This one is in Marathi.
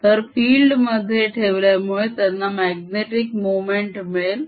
तर field मध्ये ठेवल्यामुळे त्यांना magnetic मोमेंट मिळेल